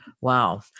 Wow